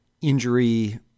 injury